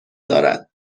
دارد